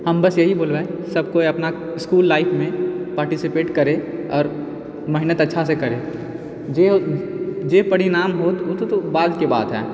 हम बस यही बोलबै सब कोई अपना इसकुल लाइफमे पार्टीसिपेट करए आओर मेहनत अच्छासँ करए जे जे परिणाम होत ओ तऽ बादके बात हइ